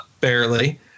Barely